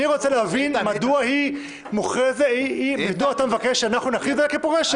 אני רוצה להבין מדוע אתה מבקש שאנחנו נכריז עליה כפורשת,